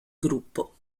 gruppo